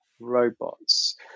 robots